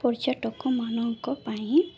ପର୍ଯ୍ୟଟକ ମାନଙ୍କ ପାଇଁ